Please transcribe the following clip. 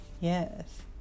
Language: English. Yes